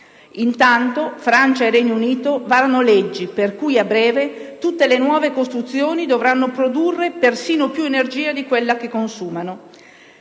Intanto, Francia e Regno Unito varano leggi per cui, a breve, tutte le nuove costruzioni dovranno produrre persino più energia di quella che consumano. Siamo